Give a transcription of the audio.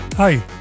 Hi